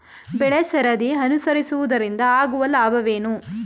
ಬೆಳೆಸರದಿ ಅನುಸರಿಸುವುದರಿಂದ ಆಗುವ ಲಾಭವೇನು?